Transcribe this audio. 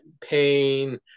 pain